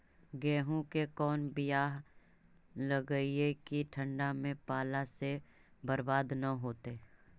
गेहूं के कोन बियाह लगइयै कि ठंडा में पाला से बरबाद न होतै?